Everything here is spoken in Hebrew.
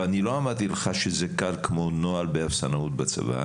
אני לא אמרתי לך שזה קל כמו נוהל באפסנאות בצבא.